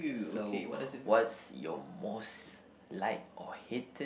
so what's your most liked or hated